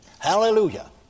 Hallelujah